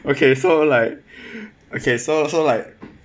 okay so like okay so so like